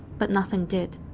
but nothing did.